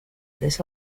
this